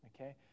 okay